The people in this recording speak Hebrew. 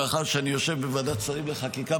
מאחר שאני יושב בוועדת שרים לחקיקה,